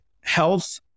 Health